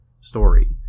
story